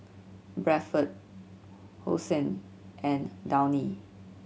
Bradford Hosen and Downy